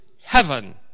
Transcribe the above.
heaven